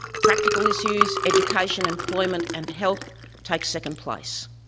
practical issues education, employment and health take second place.